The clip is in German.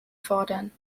fordern